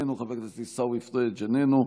איננו,